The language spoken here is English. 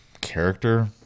character